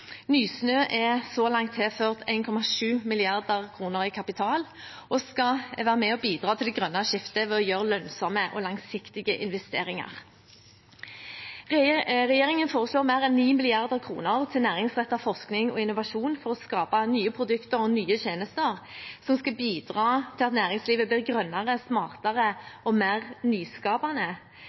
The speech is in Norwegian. Nysnø er så langt tilført 1,7 mrd. kr i kapital og skal være med og bidra til det grønne skiftet ved å gjøre lønnsomme og langsiktige investeringer. Regjeringen foreslår mer enn 9 mrd. kr til næringsrettet forskning og innovasjon for å skape nye produkter og nye tjenester som skal bidra til at næringslivet blir grønnere, smartere og mer nyskapende.